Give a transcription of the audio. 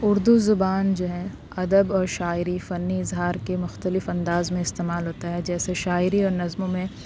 اردو زبان جو ہے ادب اور شاعری فنی اظہار کے مختلف انداز میں استعمال ہوتا ہے جیسے شاعری اور نظموں میں